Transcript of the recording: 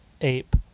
ape